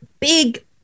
Big